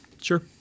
Sure